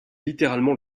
littéralement